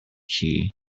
key